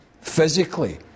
physically